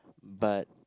but